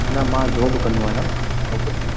मां जॉब कंदो आहियां नौकिरी